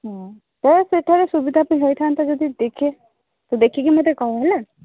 ହଁ ତ ସେଠାରେ ସୁବିଧା ପାଇଁ ହୋଇଥାନ୍ତା ଯଦି ଦେଖେ ତ ଦେଖିକି ମୋତେ କହ ହେଲା